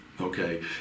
Okay